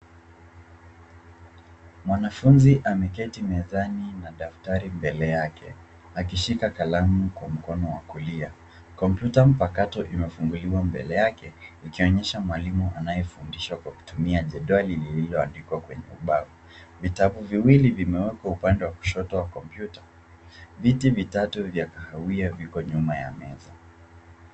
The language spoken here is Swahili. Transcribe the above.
Mwanafunzi ameketi mezani na daftari mbele yake akishika kalamu kwa mkono wa kulia. Kompyuta mpakato iliyo mbele yake ikionyesha mwalimu anayefundisha kwa kutumia jedwali lililoandikwa kwenye ubao. Vitabu viwili vimewekwa upande wa kushoto wa kompyuta. Viti vitatu vya kahawia viko nyuma ya meza.